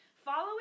Following